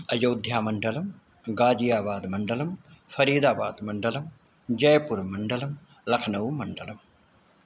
अयोध्यामण्डलं गाजियाबाद्मण्डलं फ़रीदाबाद्मण्डलं जैपुर्मण्डलं लख्नौमण्डलम्